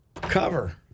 cover